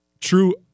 true